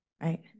right